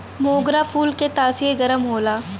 मोगरा फूल के तासीर गरम होला